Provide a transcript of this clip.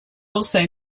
also